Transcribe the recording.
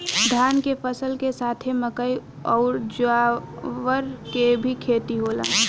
धान के फसल के साथे मकई अउर ज्वार के भी खेती होला